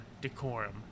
decorum